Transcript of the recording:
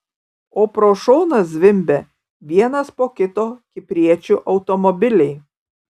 o pro šoną zvimbia vienas po kito kipriečių automobiliai